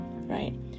Right